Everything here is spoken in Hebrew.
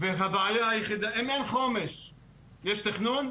אם אין תכנית חומש יש תכנון?